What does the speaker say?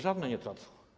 Żadne nie tracą.